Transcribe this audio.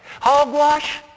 Hogwash